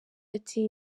ati